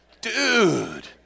Dude